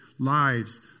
Lives